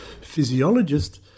physiologist